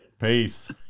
peace